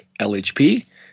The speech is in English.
LHP